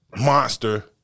monster